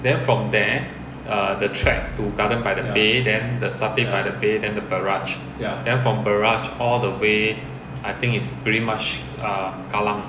then from there err the track to garden by the bay then the satay by the bay than the barrage ya and from barrage all the way I think it's pretty much err kallang